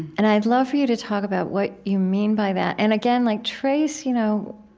and i'd love for you to talk about what you mean by that. and again, like trace, you know,